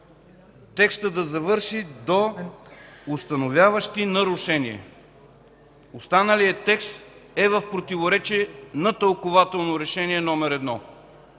текстът да завърши до „установяващи нарушение”. Останалият текст е в противоречие с тълкувателно Решение № 1.